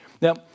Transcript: Now